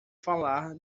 falar